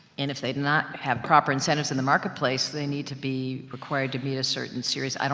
and if they do not have proper incentives in the marketplace, they need to be required to meet a certain series.